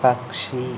പക്ഷി